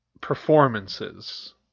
performances